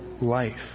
life